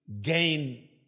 gain